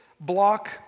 block